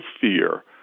fear